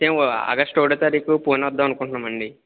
మేము ఆగష్టు ఒకటో తారీకు పూణే వద్దాము అనుకుంటున్నాము అండి